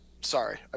Sorry